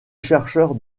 chercheurs